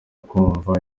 kumva